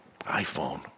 iPhone